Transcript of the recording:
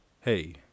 hey